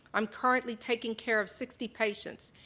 i'm currently taking care of sixty patients,